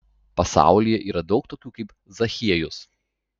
pasaulyje yra daug tokių kaip zachiejus